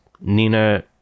Nina